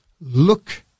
look